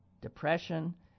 depression